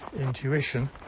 intuition